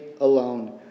alone